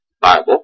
Bible